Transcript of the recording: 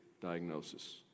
diagnosis